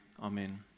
Amen